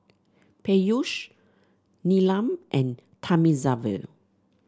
Peyush Neelam and Thamizhavel